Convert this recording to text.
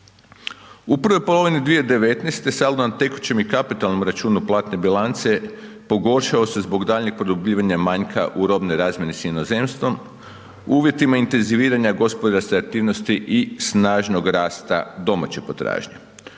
U prvoj polovini 2019. saldo na tekućem i kapitalnom računu platne bilance pogoršao se zbog daljnjeg produbljivanja manjka u robnoj razmjeni s inozemstvom, uvjetima intenziviranja gospodarske aktivnosti i snažnog rasta domaće potražnje.